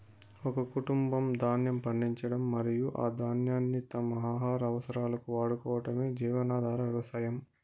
ఒక కుటుంబం ధాన్యం పండించడం మరియు ఆ ధాన్యాన్ని తమ ఆహార అవసరాలకు వాడుకోవటమే జీవనాధార వ్యవసాయం